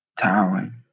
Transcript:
towering